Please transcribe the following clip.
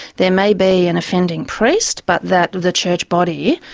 there may be an offending priest, but that the church body